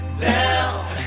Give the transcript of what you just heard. down